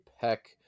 Peck